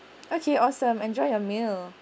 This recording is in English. okay awesome enjoy your meal